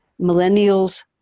Millennials